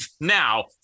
now